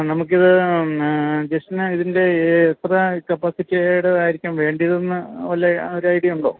നമുക്ക് ഇത് ജെസ്റ്റിന് ഇതിൻ്റെ എത്ര കപ്പാസിറ്റീടെതായിരിക്കും വേണ്ടതെന്ന് വല്ല ഒരൈഡിയ ഉണ്ടോ